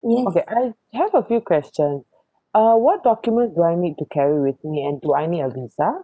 okay I have a few questions uh what documents do I need to carry with me and do I need a visa